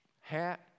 hat